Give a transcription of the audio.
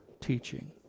teaching